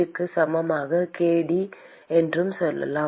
h க்கு சமமான kd என்று சொல்லலாம்